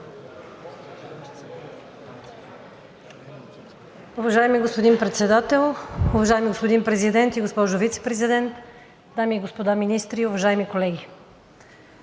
Уважаеми господин Председател, уважаеми господин Президент и госпожо Вицепрезидент, дами и господа министри, уважаеми колеги!